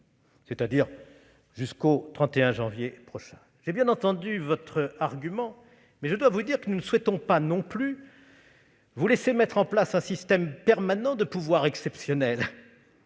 c'est-à-dire au-delà du 31 janvier prochain. J'ai bien entendu votre argument, mais je dois vous dire que nous ne souhaitons pas non plus vous laisser mettre en place le système permanent de pouvoirs exceptionnels